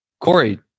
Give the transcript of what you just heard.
Corey